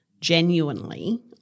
genuinely